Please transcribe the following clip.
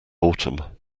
autumn